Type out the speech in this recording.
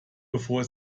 bevor